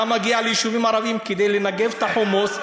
אתה מגיע ליישובים ערביים כדי לנגב חומוס,